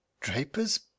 Draper's